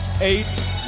eight